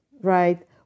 right